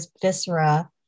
viscera